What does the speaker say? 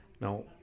Now